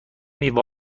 میوه